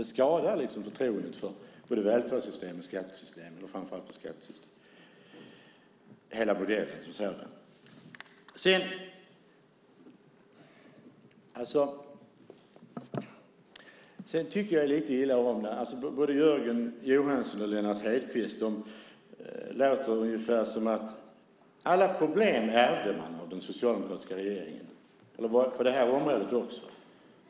Det skadar liksom förtroendet för både välfärdssystem och skattessystem, framför allt skattesystemet, ja, hela modellen. Sedan tycker jag lite illa om när både Jörgen Johansson och Lennart Hedquist låter ungefär som om alla problem ärvdes av den socialdemokratiska regeringen, på det här området också.